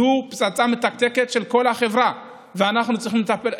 זו פצצה מתקתקת של כל החברה ואנחנו צריכים לטפל.